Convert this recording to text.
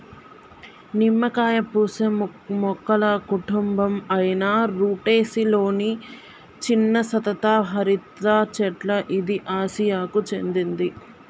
నిమ్మకాయ పూసే మొక్కల కుటుంబం అయిన రుటెసి లొని చిన్న సతత హరిత చెట్ల ఇది ఆసియాకు చెందింది